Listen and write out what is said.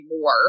more